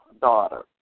daughter